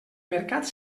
mercat